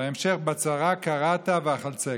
ובהמשך: "בצרה קראת ואחלצך".